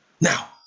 Now